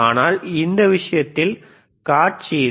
ஆனால் இந்த விஷயத்தில் வலது காட்சி இல்லை